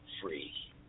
free